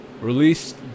released